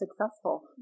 successful